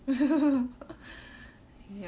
ya